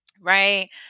right